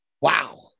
Wow